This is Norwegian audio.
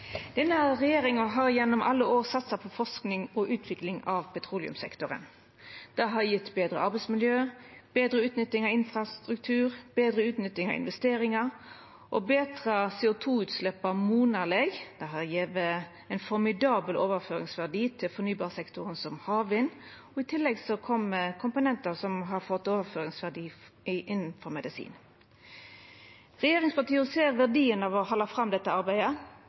Denne regjeringa har gjennom alle åra satsa på forsking og utvikling i petroleumssektoren. Det har gjeve betre arbeidsmiljø, betre utnytting av infrastruktur, betre utnytting av investeringar og betra CO2-utsleppa monaleg. Det har gjeve ein formidabel overføringsverdi til fornybarsektoren, bl.a. til havvind. I tillegg kjem komponentar som har fått overføringsverdi innanfor medisin. Regjeringspartia ser verdien av å halda fram dette arbeidet